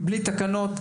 בלי תקנות,